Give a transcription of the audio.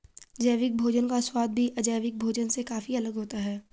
जैविक भोजन का स्वाद भी अजैविक भोजन से काफी अलग होता है